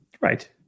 Right